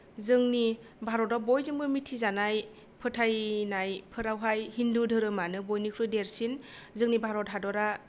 जोंनि भारताव बयजोंबो मिथिजानाय फोथायनायफोरावहाय हिन्दु धोरोमानो बयनिख्रुइ देरसिन जोंनि भारत हादरा